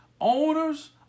Owners